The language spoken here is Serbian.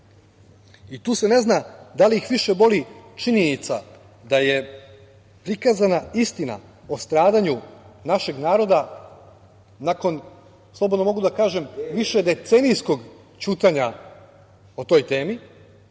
Tu se ne zna da li ih više boli činjenica da je prikazana istina o stradanju našeg naroda nakon, slobodno mogu da kažem, višedecenijskog ćutanja o toj temi,